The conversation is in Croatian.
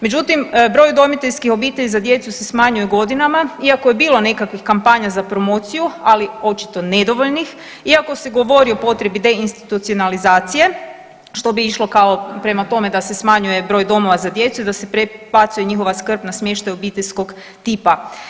Međutim, broj udomiteljskih obitelji za djecu se smanjuje godinama, iako je bilo nekakvih kampanja za promociju ali očito nedovoljnih iako se govori o potrebi deinstitucionalizacije što bi išlo prema tome da se smanjuje broj domova za djecu i da se prebacuje njihova skrb na smještaj obiteljskog tipa.